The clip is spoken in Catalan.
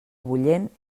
bullent